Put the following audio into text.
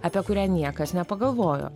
apie kurią niekas nepagalvojo